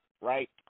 right